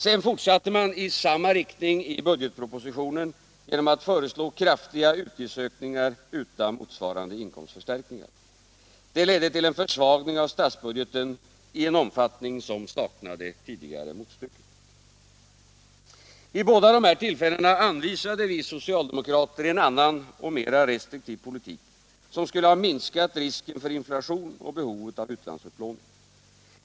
Sedan fortsatte man i samma riktning i budgetpropositionen genom att föreslå kraftiga utgiftsökningar utan motsvarande inkomstförstärkningar. Det ledde till en försvagning av statsbudgeten i en omfattning som saknade tidigare motstycke. Vid båda dessa tillfällen anvisade vi socialdemokrater en annan och mera restriktiv politik, som skulle ha minskat risken för inflation och behovet av utlandsupplåning.